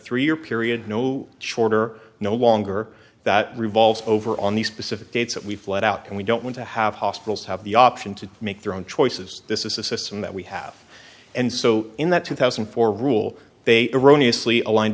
three year period no shorter no longer that revolves over on the specific dates that we've let out and we don't want to have hospitals have the option to make their own choices this is a system that we have and so in that two thousand and four rule they are honestly aligned